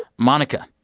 monica.